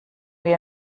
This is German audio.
wir